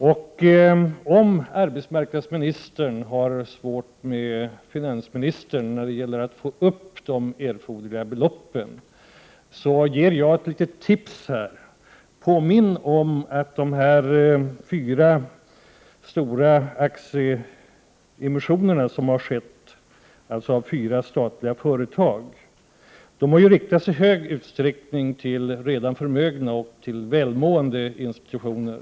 Om arbetsmarknadsministern har svårt med finansministern när det gäller att få fram de erforderliga beloppen, kan jag ge ett litet tips. Påminn honom om att erbjudandet när det gäller de fyra stora aktieemissionerna från fyra statliga företag i stor utsträckning riktades till redan förmögna och välmående institutioner.